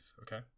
okay